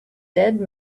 dead